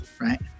right